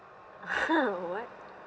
what